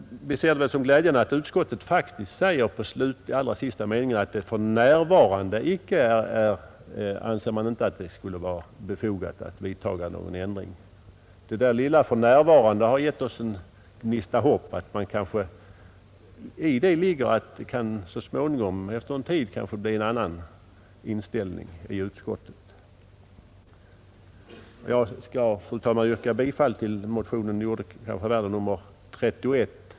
Vi ser det som glädjande att utskottet i den allra sista meningen säger att man för närvarande icke anser det befogat att vidta någon ändring. Det där lilla ”för närvarande” har givit oss en gnista hopp. I det ligger kanske att inställningen i utskottet så småningom kan bli en annan. Fru talman! Jag yrkar bifall till motionen 31.